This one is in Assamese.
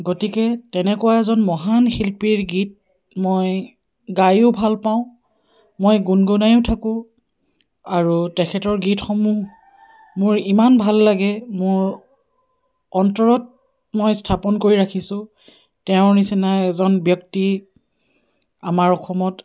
গতিকে তেনেকুৱা এজন মহান শিল্পীৰ গীত মই গাইও ভাল পাওঁ মই গুণগুণাইও থাকোঁ আৰু তেখেতৰ গীতসমূহ মোৰ ইমান ভাল লাগে মোৰ অন্তৰত মই স্থাপন কৰি ৰাখিছোঁ তেওঁৰ নিচিনা এজন ব্যক্তি আমাৰ অসমত